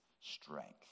strength